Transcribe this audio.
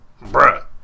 bruh